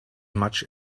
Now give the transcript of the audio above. much